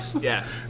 Yes